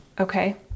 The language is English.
Okay